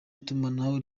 itumanaho